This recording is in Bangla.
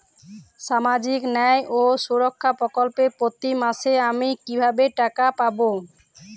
সামাজিক ন্যায় ও সুরক্ষা প্রকল্পে প্রতি মাসে আমি কিভাবে টাকা পাবো?